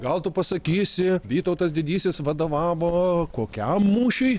gal tu pasakysi vytautas didysis vadovavo kokiam mūšiui